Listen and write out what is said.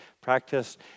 practice